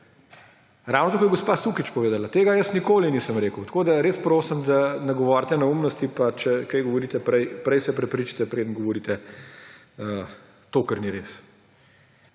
Ravno tako je gospa Sukič povedala. Tega jaz nikoli nisem rekel. Tako da res prosim, da ne govorite neumnosti, pa če kaj govorite, prej se prepričajte, preden govorite to, kar ni res.